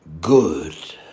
good